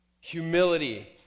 Humility